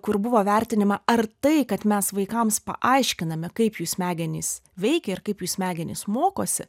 kur buvo vertinima ar tai kad mes vaikams paaiškiname kaip jų smegenys veikia ir kaip jų smegenys mokosi